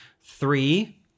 three